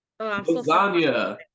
Lasagna